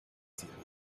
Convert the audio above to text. sirene